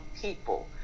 people